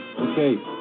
okay